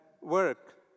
work